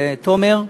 לתומר,